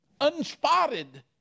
unspotted